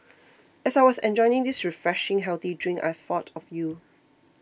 as I was enjoying this refreshing healthy drink I thought of you